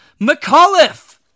mcauliffe